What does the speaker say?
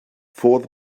fodd